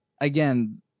again